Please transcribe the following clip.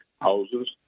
houses